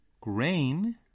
grain